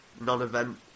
non-event